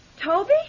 Toby